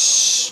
היושב-ראש,